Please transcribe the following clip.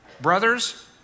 Brothers